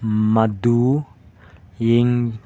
ꯃꯗꯨ ꯌꯦꯡ